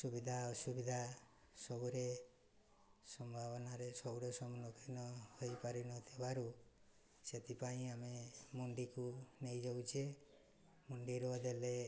ସୁବିଧା ଅସୁବିଧା ସବୁରେ ସମ୍ଭାବନାରେ ସବୁରେ ସମ୍ମୁଖୀନ ହେଇପାରିନଥିବାରୁ ସେଥିପାଇଁ ଆମେ ମଣ୍ଡିକୁ ନେଇଯାଉଛେ ମଣ୍ଡିରୁ ଦେଲେ